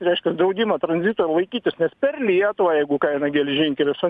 reiškias draudimą tranzito laikytis nes per lietuvą jeigu ką eina geležinkelis o